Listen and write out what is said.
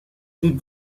les